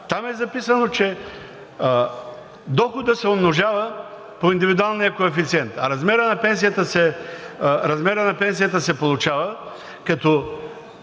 там е записано, че доходът се умножава по индивидуалния коефициент, а размерът на пенсията се получава, като